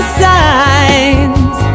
signs